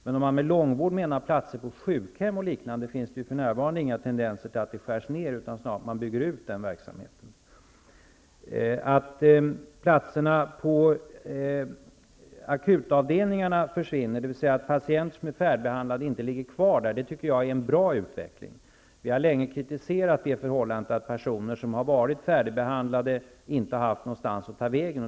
Men om man med långvård menar platser på sjukhem och liknande finns de för närvarande inga tendenser till att man skär ned, utan verksamheten byggs snarare ut. att patienter som är färdigbehandlade inte ligger kvar där, tycker jag är en bra utveckling. Vi har länge kritiserat det förhållandet att personer som har varit färdigbehandlade inte har haft någonstans att ta vägen.